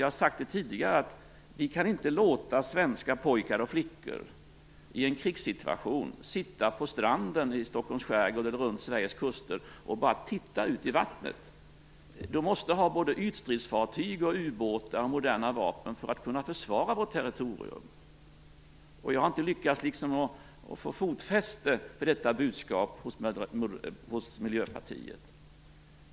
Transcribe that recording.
Jag har sagt det tidigare: Vi kan inte låta svenska pojkar och flickor i en krigssituation sitta på stranden, i Stockholms skärgård eller runt Sveriges kuster, och bara titta ut i vattnet. De måste ha ytstridsfartyg, ubåtar och moderna vapen för att kunna försvara vårt territorium. Jag har inte lyckats få fotfäste för detta budskap hos Miljöpartiet.